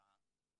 הרתעה.